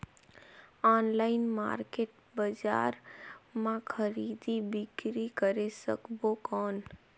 Online market बजार मां खरीदी बीकरी करे सकबो कौन?